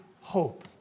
hope